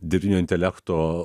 dirbtinio intelekto